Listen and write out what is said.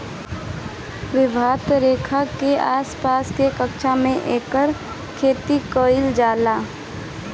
विषवत रेखा के आस पास के क्षेत्र में एकर खेती कईल जाला